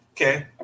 Okay